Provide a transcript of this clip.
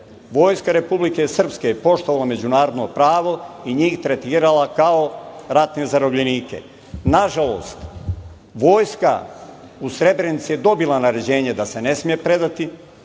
Vojska Republike Srpske je poštovala međunarodno pravo i njih je tretirala kao ratne zarobljenike. Na žalost vojska u Srebrenici je dobila naređenje da se ne sme predati,